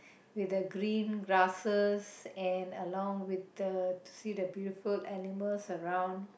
with the green grasses and along with the to see the beautiful animals around